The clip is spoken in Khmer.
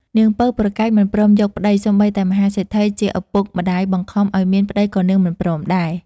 នាងពៅប្រកែកមិនព្រមយកប្ដី សូម្បីតែមហាសេដ្ឋីជាឪពុកម្ដាយបង្ខំឲ្យមានប្ដីក៏នាងមិនព្រមដែរ ។